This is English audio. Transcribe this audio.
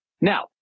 Now